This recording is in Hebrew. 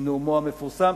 עם נאומו המפורסם,